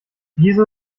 wieso